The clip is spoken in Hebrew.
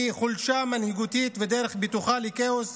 היא חולשה מנהיגותית ודרך בטוחה לכאוס,